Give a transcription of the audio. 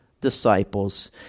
disciples